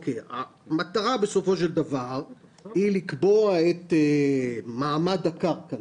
המטרה בסופו של דבר היא לקבוע את מעמד הקרקע,